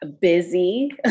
busy